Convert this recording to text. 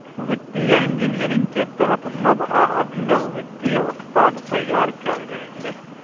वित्तीय इंजीनियरिंग के तहत नव आ अभिनव वित्तीय उत्पाद तैयार कैल जाइ छै